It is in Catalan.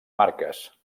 marques